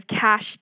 cash